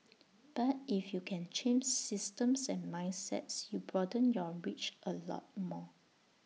but if you can change systems and mindsets you broaden your reach A lot more